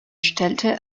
stellte